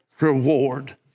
reward